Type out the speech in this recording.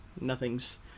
Nothing's